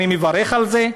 ואני מברך על זה.